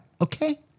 Okay